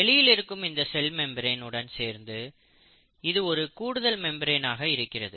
வெளியில் இருக்கும் cell membrane உடன் சேர்ந்து இது ஒரு கூடுதல் மெம்பிரேனாக இருக்கிறது